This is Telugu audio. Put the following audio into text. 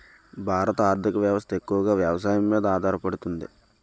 భారత ఆర్థిక వ్యవస్థ ఎక్కువగా వ్యవసాయం మీద ఆధారపడుతుంది